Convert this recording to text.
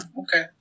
okay